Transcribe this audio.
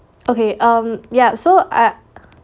okay um yeah so I